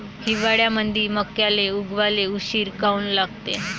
हिवाळ्यामंदी मक्याले उगवाले उशीर काऊन लागते?